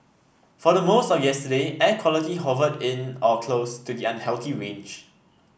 for the most of yesterday air quality hovered in or close to the unhealthy range